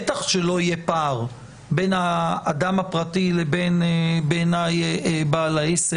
בטח שלא יהיה פער בין האדם הפרטי לבין בעל העסק.